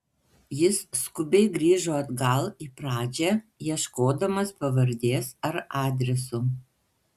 jis skubiai grįžo atgal į pradžią ieškodamas pavardės ar adreso